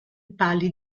pali